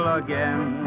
again